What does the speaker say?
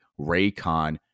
raycon